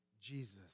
Jesus